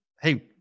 Hey